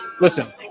listen